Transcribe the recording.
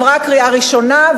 עברה קריאה ראשונה,